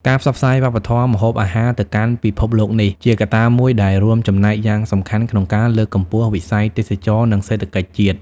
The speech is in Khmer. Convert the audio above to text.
ការផ្សព្វផ្សាយវប្បធម៌ម្ហូបអាហារទៅកាន់ពិភពលោកនេះ ជាកត្តាមួយដែលរួមចំណែកយ៉ាងសំខាន់ក្នុងការលើកកម្ពស់វិស័យទេសចរណ៍ និងសេដ្ឋកិច្ចជាតិ។